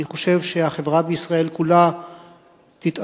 אני חושב שהחברה בישראל כולה תתעשר,